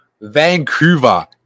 Vancouver